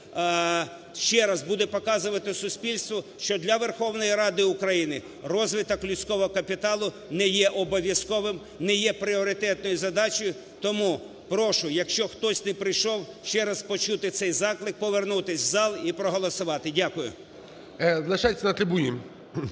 ще раз буде показувати суспільству, що для Верховної Ради України розвиток людського капіталу не є обов'язковим, не є пріоритетною задачею, тому прошу, якщо хтось не прийшов – ще раз почути цей заклик, повернутися в зал і проголосувати. Дякую.